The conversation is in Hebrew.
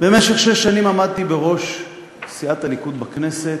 במשך שש שנים עמדתי בראש סיעת הליכוד בכנסת,